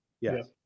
Yes